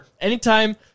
Anytime